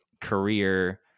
career